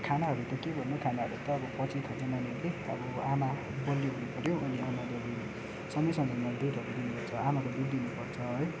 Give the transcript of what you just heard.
खानाहरू त के भन्नु खानाहरू त अब पछि खान्छ नानीहरूले अब आमा बलियो हुनुपर्यो अनि आमाले अब समय समयमा दुधहरू दिने गर्छ आमाको दुध दिनुपर्छ है